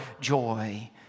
joy